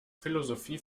philosophie